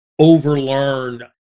overlearn